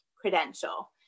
credential